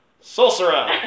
sorcerer